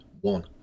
one